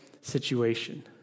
situation